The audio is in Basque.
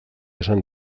esan